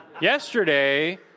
Yesterday